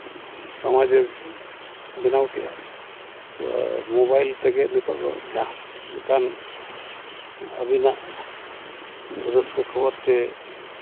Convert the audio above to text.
ᱥᱟᱢᱟᱡᱤᱠ ᱵᱮᱱᱟᱣ ᱠᱮᱜᱼᱟ ᱟᱨ ᱢᱳᱵᱟᱭᱤᱞ ᱛᱮᱜᱮ ᱱᱤᱛᱚᱜ ᱫᱚ ᱡᱟᱦᱟᱸ ᱞᱮᱠᱟᱱ ᱟᱹᱵᱤᱱᱟᱜ ᱨᱟᱹᱥᱠᱟᱹ ᱠᱷᱚᱵᱚᱨ ᱪᱮ